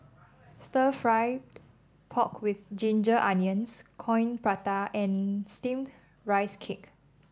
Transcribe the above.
Stir Fried Pork with Ginger Onions Coin Prata and steamed Rice Cake